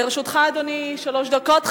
לרשותך, אדוני, שלוש דקות.